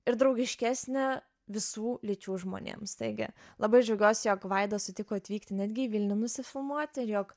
ir draugiškesnė visų lyčių žmonėms taigi labai džiaugiuosi jog vaida sutiko atvykti netgi į vilnių nusifilmuoti ir jog